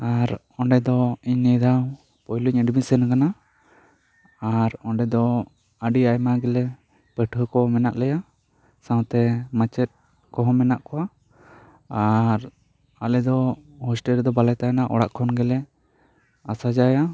ᱟᱨ ᱚᱸᱰᱮ ᱫᱚ ᱤᱧ ᱱᱤᱭᱟᱹ ᱫᱷᱟᱣ ᱯᱩᱭᱞᱩᱧ ᱮᱹᱰᱢᱤᱥᱚᱱ ᱟᱠᱟᱱᱟ ᱟᱨ ᱚᱸᱰᱮ ᱫᱚ ᱟᱹᱰᱤ ᱟᱭᱢᱟ ᱜᱮᱞᱮ ᱯᱟᱹᱴᱷᱩᱣᱟᱹ ᱠᱚ ᱢᱮᱱᱟᱜ ᱞᱮᱭᱟ ᱥᱟᱶ ᱛᱮ ᱢᱟᱪᱮᱫ ᱠᱚ ᱦᱚᱸ ᱢᱮᱱᱟᱜ ᱠᱚᱣᱟ ᱟᱨ ᱟᱞᱮ ᱫᱚ ᱦᱚᱥᱴᱮᱞ ᱨᱮᱫᱚ ᱵᱟᱞᱮ ᱛᱟᱦᱮᱱᱟ ᱚᱲᱟᱜ ᱠᱷᱚᱱ ᱜᱮᱞᱮ ᱟᱥᱟᱡᱟᱭᱟ